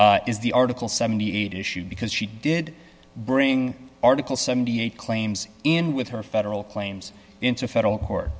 briefs is the article seventy eight issue because she did bring article seventy eight claims in with her federal claims into federal court